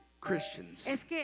Christians